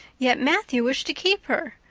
yet matthew wished to keep her,